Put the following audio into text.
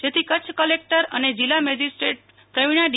જેથી કચ્છ કલેક્ટર અને જીલ્લા મેજીસ્ટ્રેટ પ્રવિણા ડી